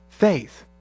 faith